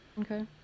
okay